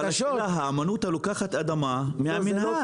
הימנותא לוקחת אדמה מן המינהל.